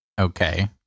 Okay